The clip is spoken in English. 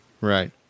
Right